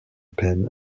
peine